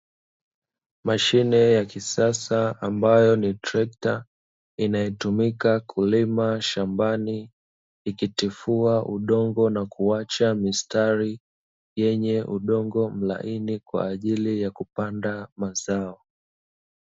Mashine ya kisasa ambayo ni trekta, inayotumika kulima shambani, ikitifua udongo na kuacha mistari yenye udongo mlaini kwa ajili ya kupanda mazao.